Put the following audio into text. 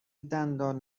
دندان